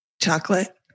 Chocolate